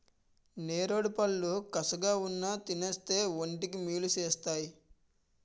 నేరేడుపళ్ళు కసగావున్నా తినేస్తే వంటికి మేలు సేస్తేయ్